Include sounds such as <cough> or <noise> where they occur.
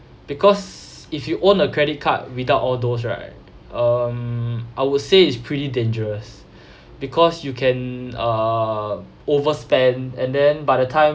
because if you own a credit card without all those right um I would say it's pretty dangerous <breath> because you can uh overspend and then by the time